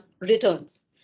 returns